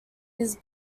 his